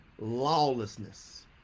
lawlessness